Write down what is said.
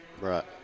Right